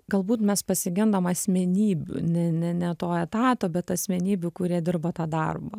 galbūt mes pasigendam asmenybių ne ne ne to etato bet asmenybių kurie dirbo tą darbą